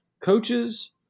Coaches